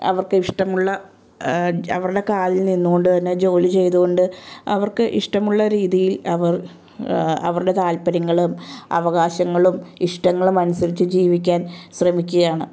അവർക്ക് ഇഷ്ടമുള്ള അവരുടെ കാലിൽ നിന്നുകൊണ്ടുതന്നെ ജോലി ചെയ്തുകൊണ്ട് അവർക്ക് ഇഷ്ടമുള്ള രീതിയിൽ അവർ അവരുടെ താൽപര്യങ്ങളും അവകാശങ്ങളും ഇഷ്ടങ്ങളും അനുസരിച്ച് ജീവിക്കാൻ ശ്രമിക്കുകയാണ്